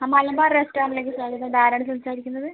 ആ മലബാർ റസ്റ്റോറൻ്റിലേക്ക് സ്വാഗതം ഇതാരാണ് സംസാരിക്കുന്നത്